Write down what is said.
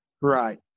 Right